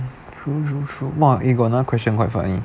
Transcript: true true true !wah! eh got another question quite funny